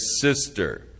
sister